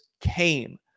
came